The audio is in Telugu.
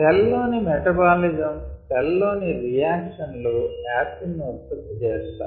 సెల్ లోని మెటబాలిజం సెల్ లోని రియాక్షన్ లు యాసిడ్ ను ఉత్పత్తి చేస్తాయి